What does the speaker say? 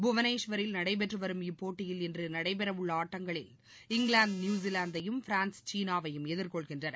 புவனேஸ்வரில் நடைபெற்று வரும் இப்போட்டியில் இன்று நடைபெறவுள்ள ஆட்டங்களில் இங்கிலாந்து நியுசிலாந்தையும் பிரான்ஸ் சீனாவையும் எதிர்கொள்கின்றன